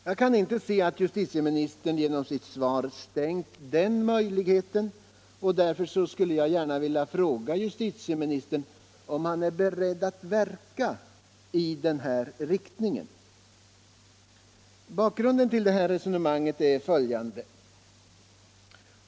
Jag kan inte se att justitieministern genom sitt svar stängt den möjligheten, och därför skulle jag gärna vilja fråga justitieministern om han är beredd att verka i den här riktningen. Bakgrunden till det här resonemanget är följande.